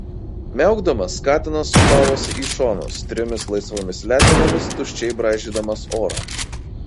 miaukdamas katinas sūpavosi į šonus trimis laisvomis letenomis tuščiai braižydamas orą